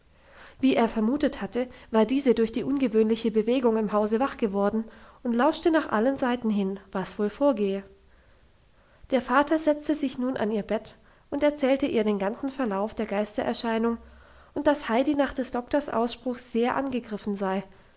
wie er vermutet hatte war diese durch die ungewöhnliche bewegung im hause wach geworden und lauschte nach allen seiten hin was wohl vorgehe der vater setzte sich nun an ihr bett und erzählte ihr den ganzen verlauf der geistererscheinung und dass heidi nach des doktors ausspruch sehr angegriffen sei